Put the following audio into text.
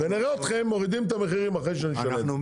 ונראה אתכם מורידים את המחירים אחרי שנשנה את זה.